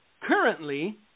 currently